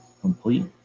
complete